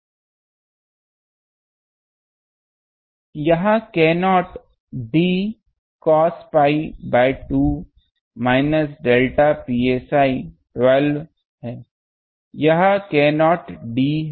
यह k0 d cos pi by 2 minus delta psi 12 यह k0 d है